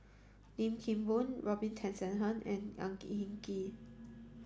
Lim Kim Boon Robin Tessensohn and Ang Hin Kee